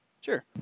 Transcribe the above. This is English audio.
sure